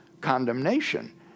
condemnation